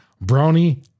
Brownie